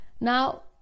Now